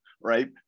right